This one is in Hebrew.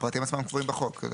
הדברים עצמם קבועים בחוק.